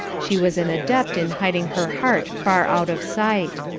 she was an adept in hiding her heart far out of sight.